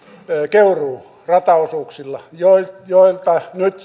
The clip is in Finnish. keuruu rataosuuksilla joilta joilta nyt